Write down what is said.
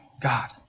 God